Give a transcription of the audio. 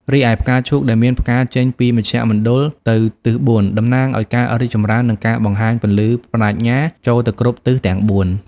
រីឯ ផ្កាឈូកដែលមានផ្កាចេញពីមជ្ឈមណ្ឌលទៅទិសបួន តំណាងឲ្យការរីកចម្រើន និងការបង្ហាញពន្លឺប្រាជ្ញាចូលទៅគ្រប់ទិសទាំងបួន។